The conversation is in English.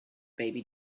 baby